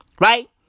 Right